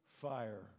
fire